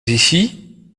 ici